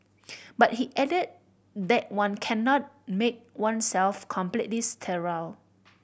but he added that one cannot make oneself completely sterile